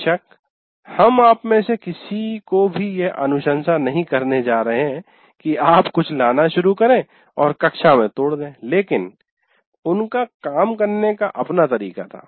बेशक हम आप में से किसी को भी यह अनुशंसा नहीं करने जा रहे हैं कि आप कुछ लाना शुरू करें और उसे कक्षा में तोड़ दें लेकिन उनका काम करने का अपना तरीका था